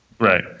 Right